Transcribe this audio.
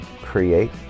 create